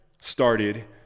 started